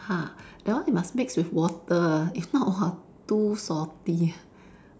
ha that one you must mix with water if not !wah! too salty ah